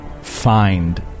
find